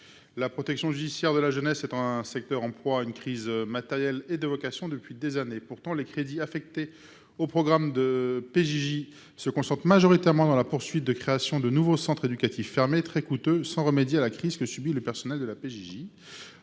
la protection judiciaire de la jeunesse, un secteur en proie à une crise matérielle et des vocations depuis des années. Les crédits affectés au programme « Protection judiciaire de la jeunesse » se concentrent majoritairement dans la poursuite de création de nouveaux centres éducatifs fermés, très coûteux, sans remédier à la crise que subit le personnel de la PJJ.